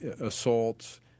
assaults